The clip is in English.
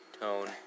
tone